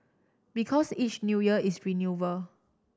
because each New Year is renewal